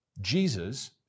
Jesus